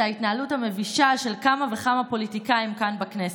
ההתנהלות המבישה של כמה וכמה פוליטיקאים כאן בכנסת.